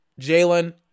Jalen